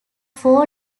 four